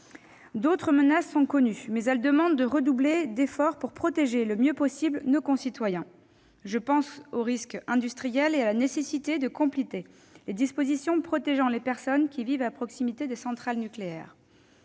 D'autres menaces sont connues, mais elles demandent de redoubler d'efforts pour protéger au mieux nos concitoyens. Songeons aux risques industriels et à la nécessité de compléter les dispositions protégeant les personnes vivant à proximité des centrales nucléaires.